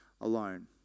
alone